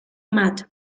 mat